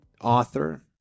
author